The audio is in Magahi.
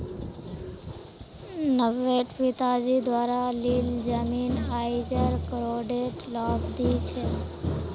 नब्बेट पिताजी द्वारा लील जमीन आईज करोडेर लाभ दी छ